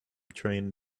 train